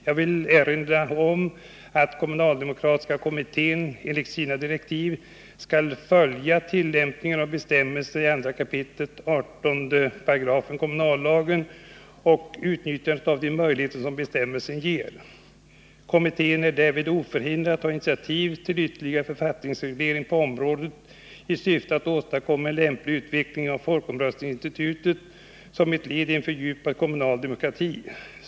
Jag vill erinra om att kommunaldemokratiska kommittén enligt sina direktiv skall följa tillämpningen av bestämmelsen i 2 kap. 18 § kommunallagen och utnyttjandet av de möjligheter som bestämmelsen ger. Kommittén är därvid oförhindrad att ta initiativ till ytterligare författningsreglering på området i syfte att åstadkomma en lämplig utveckling av folkomröstningsinstitutet som ett led i en fördjupad kommunal demokrati.